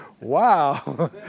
Wow